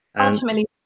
Ultimately